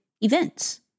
events